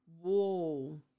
whoa